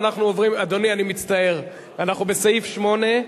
אדוני, אני מצטער, אנחנו בסעיף 8,